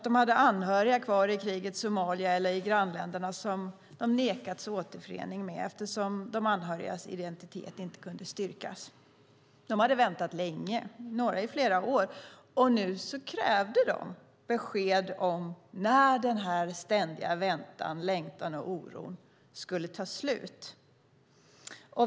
De hade anhöriga kvar i krigets Somalia eller i grannländerna som de nekats återförening med eftersom de anhörigas identitet inte kunde styrkas. De hade väntat länge, några i flera år, och nu krävde de besked om när denna ständiga väntan, längtan och oron skulle ta slut.